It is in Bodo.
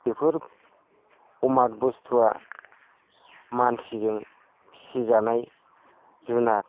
बेफोर अमात बुस्थुआ मानसिजों फिसिजानाय जुनार